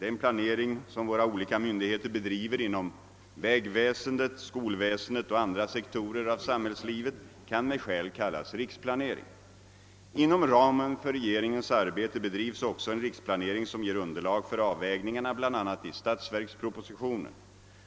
Den planering, som våra olika myndigheter bedriver inom vägväsendet, skolväsendet och andra sektorer av samhällslivet, kan med skäl kallas riksplanering. Inom ramen för regeringens arbete bedrivs också en riksplanering, som ger underlag för avvägningarna bl.a. i statsverkspropositionen.